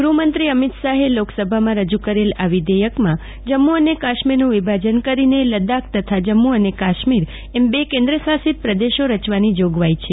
ગૃહમંત્રી અમિત શાહે લોકસભામાં રજૂ કરેલા આ વિધેયકમાં જમ્મુ અને કાશ્મીરનું વિભાજન કરીને લદ્દાખ તેથા જમ્મુ અને કાશ્મીર એમ બે કેન્દ્રશાસિત પ્રદેશો રચવાની જોગવાઇ છે